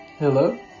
hello